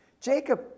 Jacob